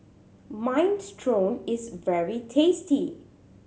minestrone is very tasty